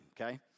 okay